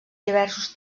diversos